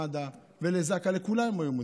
למד"א, לזק"א, לכולם היו מודים.